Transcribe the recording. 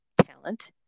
talent